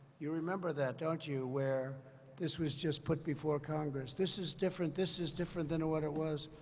you remember that, don't you, where this was just put before congress. this is different. this is different than what it was.